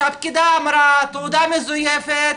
שהפקידה אמרה שהתעודה מזויפת,